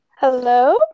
Hello